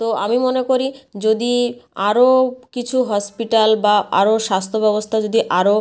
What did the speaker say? তো আমি মনে করি যদি আরো কিছু হসপিটাল বা আরো স্বাস্থ্য ব্যবস্থা যদি আরো